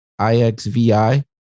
IXVI